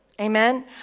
amen